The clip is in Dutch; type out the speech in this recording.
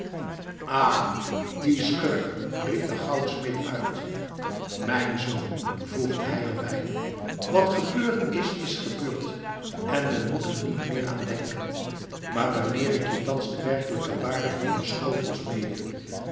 die schurk riep de goudsmid uit mijn zoon voegde hij erbij wat gebeurd is is gebeurd en men moet er niet meer aan denken maar wanneer ik je thans de werkelijke waarde van je schotels meedeel